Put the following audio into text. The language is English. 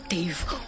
Dave